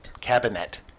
cabinet